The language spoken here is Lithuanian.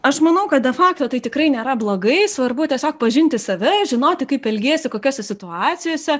aš manau kad de fakto tai tikrai nėra blogai svarbu tiesiog pažinti save žinoti kaip elgiesi kokiose situacijose